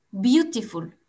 beautiful